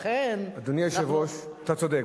לכן, אנחנו, אדוני היושב-ראש, אתה צודק.